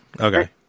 okay